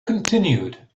continued